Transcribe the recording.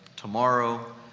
tomorrow,